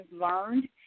learned